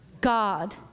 God